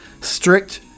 strict